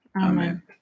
Amen